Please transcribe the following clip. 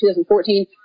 2014